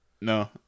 No